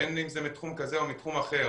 בין אם זה מתחום כזה או מתחום אחר,